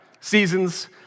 Seasons